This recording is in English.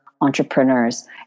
entrepreneurs